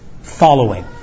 following